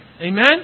Amen